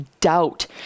doubt